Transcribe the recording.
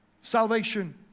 salvation